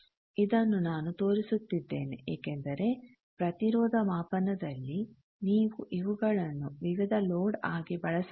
ಇದನ್ನು ನಾನು ತೋರಿಸುತ್ತಿದ್ದೇನೆ ಏಕೆಂದರೆ ಪ್ರತಿರೋಧ ಮಾಪನದಲ್ಲಿ ನೀವು ಇವುಗಳನ್ನು ವಿವಿಧ ಲೋಡ್ ಆಗಿ ಬಳಸಬಹುದು